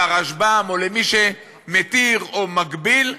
לרשב"ם או למי שמתיר או מגביל,